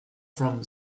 from